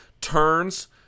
turns